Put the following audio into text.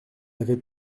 avait